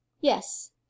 Yes